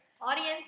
Audience